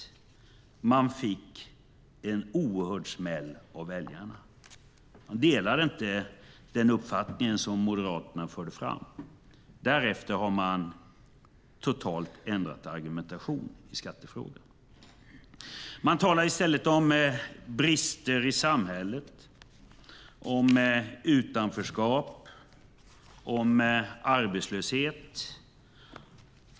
Man fick en oerhörd smäll av väljarna. De delade inte den uppfattning som Moderaterna förde fram. Därefter har man totalt ändrat argumentationen i skattefrågan. Man talar i stället om brister i samhället, om utanförskap och om arbetslöshet.